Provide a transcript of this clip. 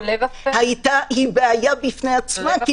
היא בעיה בפני עצמה.